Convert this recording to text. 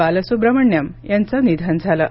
बालसुब्रमण्यम यांचं निधन झालं आहे